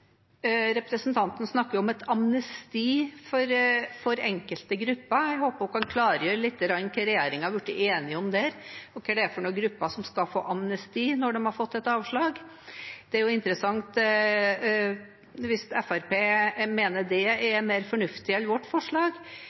Representanten snakker om et amnesti for enkelte grupper. Jeg håper hun kan klargjøre hva regjeringen har blitt enige om der, og hva slags grupper som skal få amnesti når de har fått et avslag. Det er jo interessant hvis Fremskrittspartiet mener det er mer fornuftig enn vårt forslag.